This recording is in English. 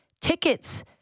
tickets